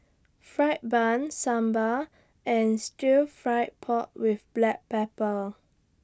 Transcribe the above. Fried Bun Sambal and Stir Fry Pork with Black Pepper